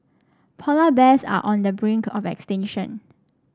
polar bears are on the brink of extinction